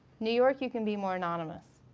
new york you can be more anonymous.